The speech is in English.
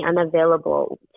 unavailable